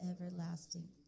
everlasting